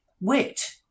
wit